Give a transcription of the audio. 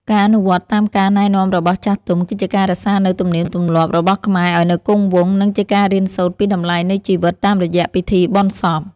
ការអនុវត្តតាមការណែនាំរបស់ចាស់ទុំ គឺជាការរក្សានូវទំនៀមទម្លាប់របស់ខ្មែរឱ្យនៅគង់វង្ស និងជាការរៀនសូត្រពីតម្លៃនៃជីវិតតាមរយៈពិធីបុណ្យសព។